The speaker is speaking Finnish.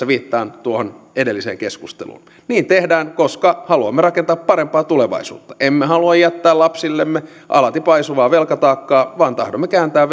viittaan tuohon edelliseen keskusteluun niin tehdään koska haluamme rakentaa parempaa tulevaisuutta emme halua jättää lapsillemme alati paisuvaa velkataakkaa vaan tahdomme kääntää